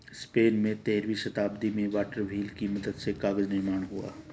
Spain में तेरहवीं शताब्दी में वाटर व्हील की मदद से कागज निर्माण हुआ